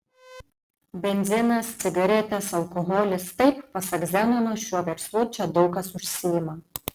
benzinas cigaretės alkoholis taip pasak zenono šiuo verslu čia daug kas užsiima